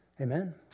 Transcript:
Amen